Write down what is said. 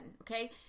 okay